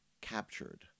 captured